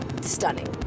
stunning